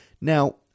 Now